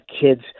kids